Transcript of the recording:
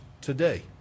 today